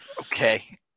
Okay